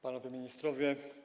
Panowie Ministrowie!